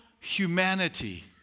humanity